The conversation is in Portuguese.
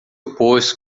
opôs